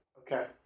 Okay